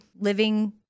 living